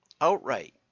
outright